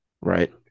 Right